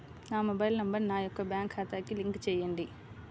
నా mobile number నా యొక్క బ్యాంక్ ఖాతాకి లింక్ చేయండీ?